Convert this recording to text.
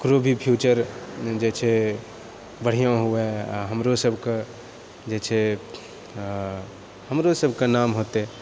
ओकरो भी फ्यूचर जे छै बढ़िआँ हुअए आओर हमरो सबके जे छै हमरो सबके नाम हेतै